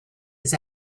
his